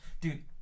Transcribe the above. dude